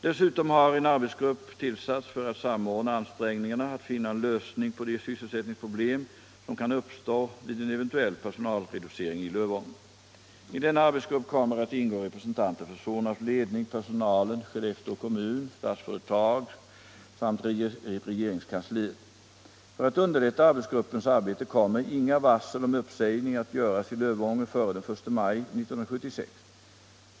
Dessutom har en arbetsgrupp tillsatts för att samordna ansträngningarna att finna en lösning på de sysselsättningsproblem som kan uppstå vid en eventuell personalreducering i Lövånger. I denna arbetsgrupp kommer att ingå representanter för Sonabs ledning, personalen, Skellefteå kommun, Statsföretag AB samt regeringskansliet. För att underlätta arbetsgruppens arbete kommer inga varsel om uppsägning att göras i Lövånger före den 1 maj 1976.